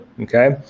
Okay